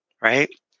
right